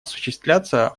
осуществляться